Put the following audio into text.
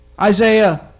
Isaiah